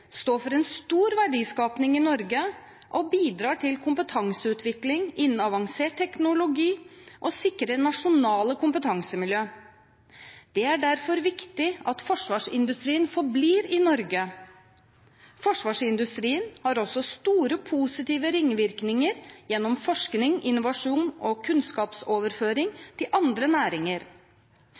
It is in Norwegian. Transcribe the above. står for en stor verdiskapning i Norge, bidrar til kompetanseutvikling innen avansert teknologi og sikrer viktige nasjonale kompetansemiljø. Det er derfor viktig at forsvarsindustrien forblir i Norge. Forsvarsindustrien har også store positive ringvirkninger gjennom forskning, innovasjon og kunnskapsoverføring til andre næringer.